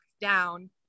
down